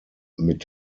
mit